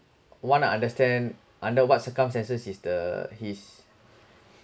want to understand under what circumstances is the he's